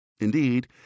Indeed